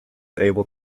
able